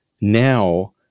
now